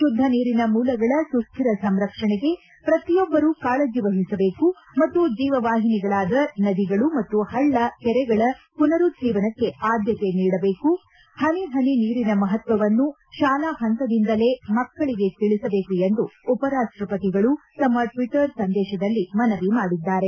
ಶುದ್ಧ ನೀರಿನ ಮೂಲಗಳ ಸುಸ್ಲಿರ ಸಂರಕ್ಷಣೆಗೆ ಪ್ರತಿಯೊಬ್ಬರೂ ಕಾಳಜಿ ವಹಿಸಬೇಕು ಮತ್ತು ಜೀವ ವಾಹಿನಿಗಳಾದ ನದಿಗಳು ಮತ್ತು ಹಳ್ಳ ಕೆರೆಗಳ ಪುನರುಜ್ಜೀವನಕ್ಕೆ ಆದ್ಯತೆ ನೀಡಬೇಕು ಹನಿ ಹನಿ ನೀರಿನ ಮಹತ್ವವನ್ನು ಶಾಲಾ ಹಂತದಿಂದಲೇ ಮಕ್ಕಳಿಗೆ ತಿಳಿಸಬೇಕು ಎಂದು ಉಪರಾಷ್ಟ ಪತಿಗಳು ತಮ್ಮ ಟ್ವಿಟ್ಟರ್ ಸಂದೇಶದಲ್ಲಿ ಮನವಿ ಮಾದಿದ್ದಾರೆ